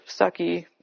sucky